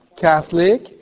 Catholic